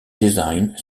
design